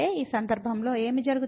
ఈ సందర్భంలో ఏమి జరుగుతుంది